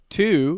two